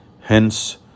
hence